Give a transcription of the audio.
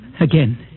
Again